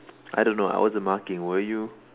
I don't know I wasn't marking were you